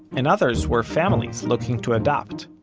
and others were families looking to adopt.